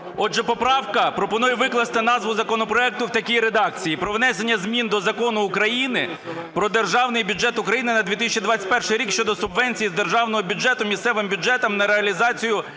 Отже, поправка пропонує викласти назву законопроекту в такій редакції: "Про внесення змін до Закону України "Про Державний бюджет України на 2021 рік" щодо субвенцій з державного бюджету місцевим бюджетам на реалізацію